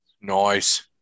Nice